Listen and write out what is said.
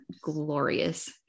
glorious